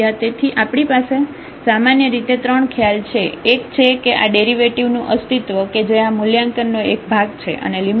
તેથી આપણી પાસે સામાન્ય રીતે ત્રણ ખ્યાલ છે એક છે કે આ ડેરિવેટિવ નું અસ્તિત્વ કે જે આ મૂલ્યાંકન નો એક ભાગ છે અને લિમિટ લઈએ છીએ